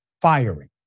firing